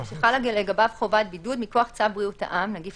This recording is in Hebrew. שחלה לגביו חובת בידוד מכוח צו בריאות העם (נגיף